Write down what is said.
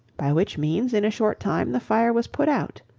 by which means in a short time the fire was put out.